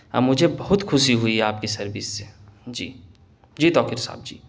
مجھے بہت خوشی ہوئی آپ کی سروس سے جی جی توکر صاحب جی